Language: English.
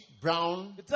brown